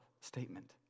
statement